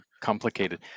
complicated